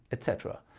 etc.